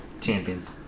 Champions